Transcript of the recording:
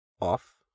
off